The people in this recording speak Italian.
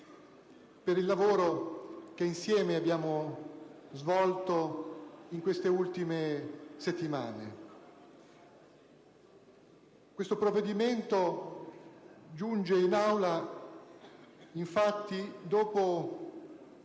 per il lavoro che, insieme, abbiamo svolto in queste ultime settimane. Questo provvedimento, infatti, giunge in Aula dopo